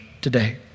today